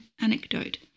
Anecdote